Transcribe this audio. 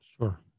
Sure